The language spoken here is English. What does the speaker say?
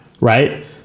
right